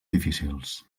difícils